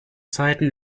zeiten